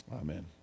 Amen